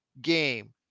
game